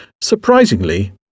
Surprisingly